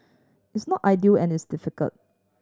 it's not ideal and it's difficult